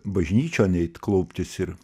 bažnyčion eit klauptis ir